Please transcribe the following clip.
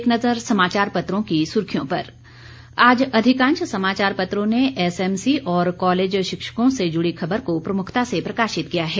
एक नजर समाचार पत्रों की सुर्खियां पर आज अधिकांश समाचार पत्रों ने एसएमसी और कॉलेज शिक्षकों से जुड़ी खबर को प्रमुखता से प्रकाशित किया है